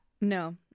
no